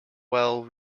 well